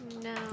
No